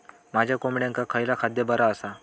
माझ्या कोंबड्यांका खयला खाद्य बरा आसा?